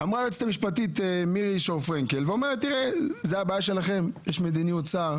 היועצת המשפטית, מירי שור פרנקל, בעניין הזה,